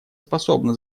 способно